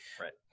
Right